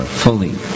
fully